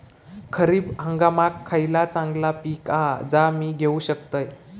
खरीप हंगामाक खयला चांगला पीक हा जा मी घेऊ शकतय?